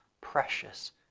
precious